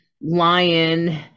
lion